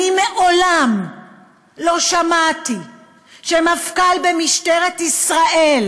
אני מעולם לא שמעתי מפכ"ל משטרת ישראל